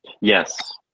Yes